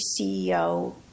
ceo